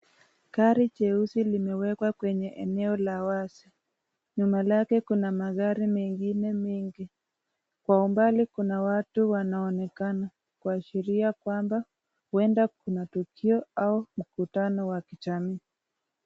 Gari jeusi limewekwa kwenye eneo la wazi. Nyuma lake kuna magari mengine mingi. Kwa umbali kuna watu wanaonekana kuashiria kwamba huenda kuna tukio au mkutano wa kijamii.